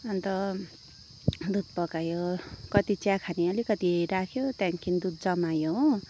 अन्त दुध पकायो कति चिया खाने अलिकति राख्यो त्यहाँदेखि दुध जमायो हो